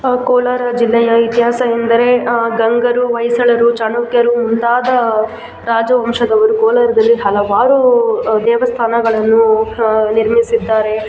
ಕೋಲಾರ ಜಿಲ್ಲೆಯ ಇತಿಹಾಸ ಎಂದರೆ ಗಂಗರು ಹೊಯ್ಸಳರು ಚಾಲುಕ್ಯರು ಮುಂತಾದ ರಾಜವಂಶದವರು ಕೋಲಾರದಲ್ಲಿ ಹಲವಾರು ದೇವಸ್ಥಾನಗಳನ್ನು ನಿರ್ಮಿಸಿದ್ದಾರೆ